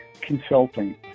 consulting